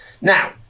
Now